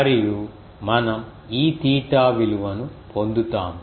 మరియు మనం Eθ విలువను పొందుతాము